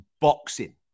boxing